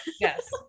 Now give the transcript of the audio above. Yes